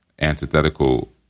antithetical